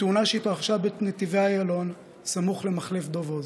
בתאונה שהתרחשה בנתיבי איילון, סמוך למחלף דב הוז,